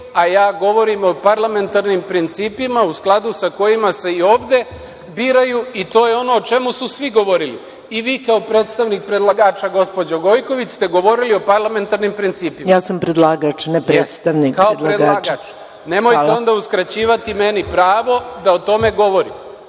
a ja govorim o parlamentarnim principima u skladu sa kojima se i ovde biraju i to je ono o čemu su svi govorili i vi kao predstavnik predlagača, gospođo Gojković, ste govorili o parlamentarnim principima. **Maja Gojković** Ja sam predlagač, ne predstavnik predlagača. **Nemanja Šarović** Jeste, kao predlagač. Nemojte onda uskraćivati meni pravo da o tome govorim.I